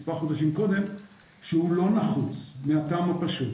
אלא עוד מספר חודשים קודם שהוא לא נחוץ וזאת מהטעם הפשוט